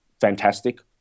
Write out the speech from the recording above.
fantastic